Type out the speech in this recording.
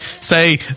say